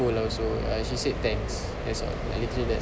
cold also she said thanks that's all like literally that's all